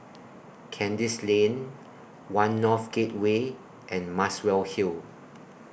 Kandis Lane one North Gateway and Muswell Hill